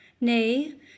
Nay